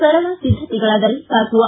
ಸರಳ ಸಿದ್ಧತೆಗಳಾದರೆ ಸಾಕು